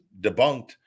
debunked